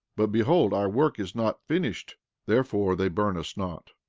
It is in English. but, behold, our work is not finished therefore they burn us not.